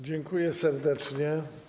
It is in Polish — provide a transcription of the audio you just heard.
Dziękuję serdecznie.